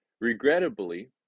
Regrettably